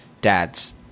dads